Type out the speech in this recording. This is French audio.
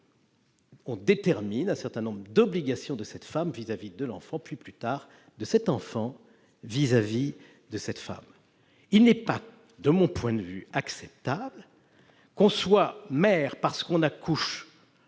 on détermine un certain nombre d'obligations de cette femme vis-à-vis de l'enfant, puis, plus tard, de cet enfant vis-à-vis de cette femme. De mon point de vue, il n'est pas acceptable que l'on soit mère lorsque l'on accouche